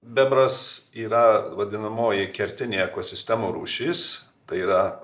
bebras yra vadinamoji kertinė ekosistemų rūšis tai yra